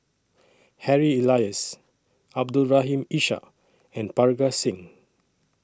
Harry Elias Abdul Rahim Ishak and Parga Singh